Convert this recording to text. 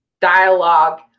dialogue